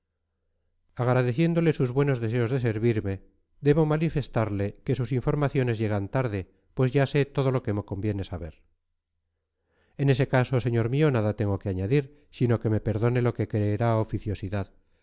dijo agradeciéndole sus buenos deseos de servirme debo manifestarle que sus informaciones llegan tarde pues ya sé todo lo que me conviene saber en ese caso señor mío nada tengo que añadir sino que me perdone lo que creerá oficiosidad